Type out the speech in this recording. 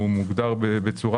הוא מוגדר בצורה